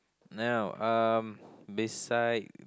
no um beside